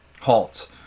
Halt